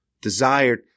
desired